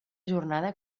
jornada